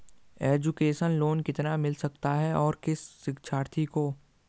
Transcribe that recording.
Education loan कितना मिल सकता है और किस शिक्षार्थी को?